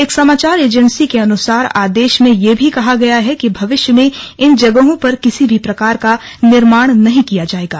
एक समाचार एजेंसी के अनुसार आदेश में यह भी कहा गया है कि भविष्य में इन जगहों पर किसी भी प्रकार का निर्माण नहीं किया जायेगा